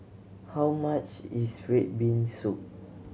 how much is red bean soup